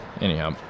Anyhow